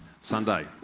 Sunday